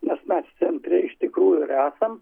nes mes cen iš tikrųjų ir esam